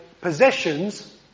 possessions